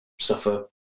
suffer